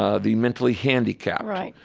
ah the mentally handicapped, right,